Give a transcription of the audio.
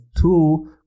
two